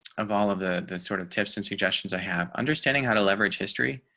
of all of the the sort of tips and suggestions i have understanding how to leverage history.